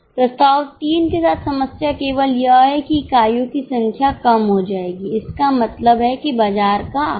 प्रस्ताव 3 के साथ समस्या केवल यह है कि इकाइयों की संख्या कम हो जाएगी इसका मतलब है कि बाजार का आकार